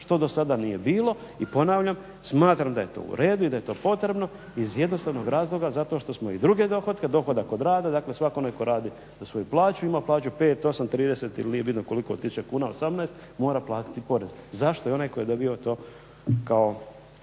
što do sada nije bilo. I ponavljam, smatram da je to u redu i da je to potrebno iz jednostavnog razloga zato što smo i druge dohotke, dohodak od rada, dakle svak onaj tko radi za svoju plaću ima plaću 5, 8, 30 ili nije bitno koliko tisuća kuna, 18, mora platiti porez. Zašto i onaj tko je dobio to kao